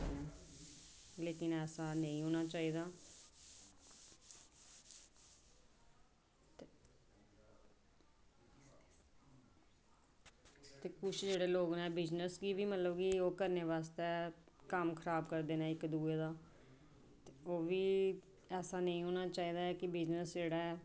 करदे न लेकिन ऐसा नेईं होना चाहिदा ते कुछ जेह्ड़े लोग न ओह् बिज़नेस गी बी मतलब करने आस्तै बी कम्म खराब करदे न इक्क दूए दा ते ओह्बी ऐसा नेईं होना चाहिदा कि बिज़नेस जेह्ड़ा ऐ